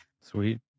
Sweet